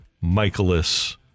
Michaelis